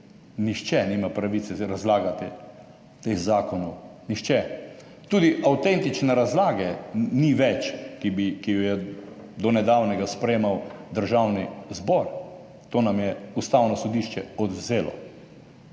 Nihče nima pravice razlagati teh zakonov, nihče. Tudi avtentične razlage ni več, ki jo je do nedavnega sprejemal Državni zbor. To nam je Ustavno sodišče odvzelo.